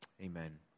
Amen